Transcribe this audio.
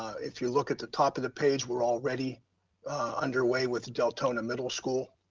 if you look at the top of the page, we're already underway with deltona middle school,